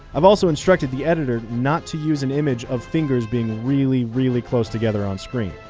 i've also instructed the editor not to use an image of fingers being really, really close together on screen.